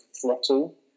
throttle